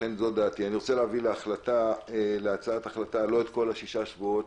אני רוצה להביא להצעת החלטה לא את כל השישה שבועות.